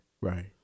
Right